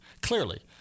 clearly